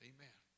Amen